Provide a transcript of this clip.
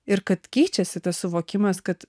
ir kad keičiasi tas suvokimas kad